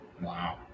Wow